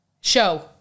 show